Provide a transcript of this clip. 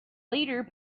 leader